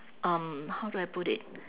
um how do I put it